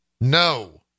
No